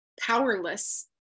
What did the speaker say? powerless